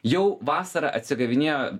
jau vasarą atsigavinėjo